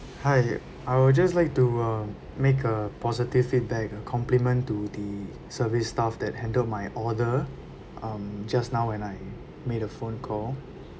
hi I would just like to uh make a positive feedback a compliment to the service staff that handled my order um just now when I made a phone call